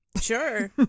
sure